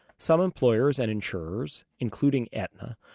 some employers and insurers, including aetna,